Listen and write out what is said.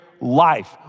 life